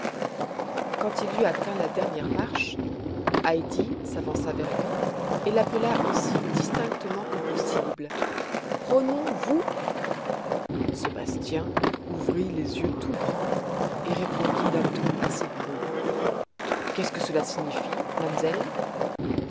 quand il eut atteint la dernière marche heidi s'avança vers lui et l'appela aussi distinctement que possible pronom vous sébastien ouvrit les yeux tout grands et répondit d'un ton assez bourru qu'est-ce que cela signifie